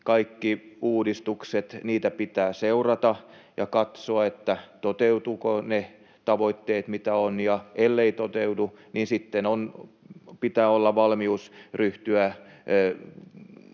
kaikkia uudistuksia pitää seurata ja katsoa, toteutuvatko ne tavoitteet, mitä on, ja elleivät toteudu, niin sitten pitää olla valmius ryhtyä